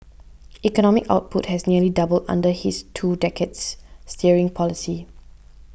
economic output has nearly doubled under his two decades steering policy